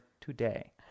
today